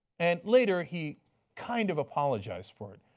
and later he kind of apologizes for it.